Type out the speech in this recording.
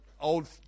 Old